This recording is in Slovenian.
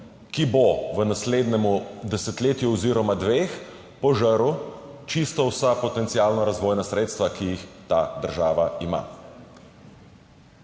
ki bo v naslednjem desetletju oziroma dveh požrl čisto vsa potencialna razvojna sredstva, ki jih ta država ima.